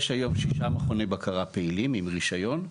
יש היום ששה מכוני בקרה פעילים על פי רישיון.